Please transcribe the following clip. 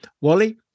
Wally